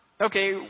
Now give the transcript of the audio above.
okay